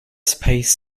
space